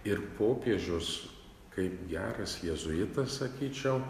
ir popiežius kaip geras jėzuitas sakyčiau